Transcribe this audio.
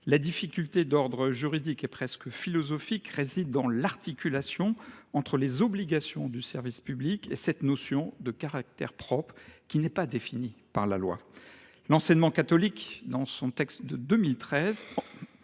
La difficulté d’ordre juridique et presque philosophique réside dans l’articulation entre les obligations de service public et cette notion de « caractère propre », qui n’est pas définie par la loi. L’enseignement catholique, dans son statut de 2013,